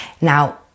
Now